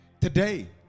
Today